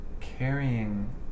carrying